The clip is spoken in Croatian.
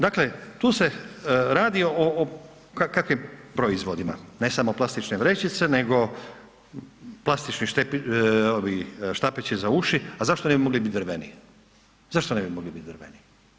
Dakle, tu se radi o, o kakvim proizvodima, ne samo plastične vrećice, nego plastični ovi štapići za uši, a zašto ne bi mogli bit drveni, zašto ne bi mogli bit drveni?